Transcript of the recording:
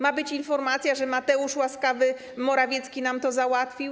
Ma być informacja, że Mateusz łaskawy Morawiecki nam to załatwił.